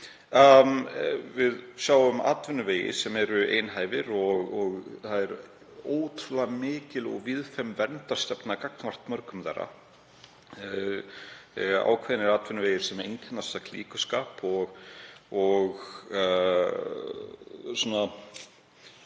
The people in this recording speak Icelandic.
Við sjáum atvinnuvegi sem eru einhæfir og það er ótrúlega mikil og víðfeðm verndarstefna gagnvart mörgum þeirra. Ákveðnir atvinnuvegir einkennast af klíkuskap og